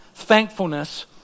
thankfulness